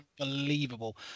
unbelievable